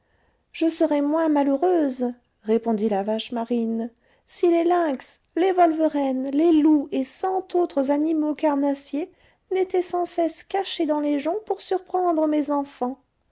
je serais moins malheureuse répondit la vache marine si les lynx les volverennes les loups et cent autres animaux carnassiers n'étaient sans cesse cachés dans les joncs pour surprendre mes enfants